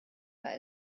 war